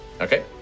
Okay